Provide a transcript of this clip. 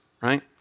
right